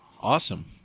awesome